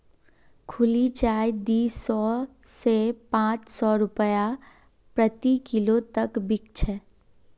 खुली चाय दी सौ स पाँच सौ रूपया प्रति किलो तक बिक छेक